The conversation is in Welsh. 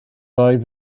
oedd